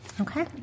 Okay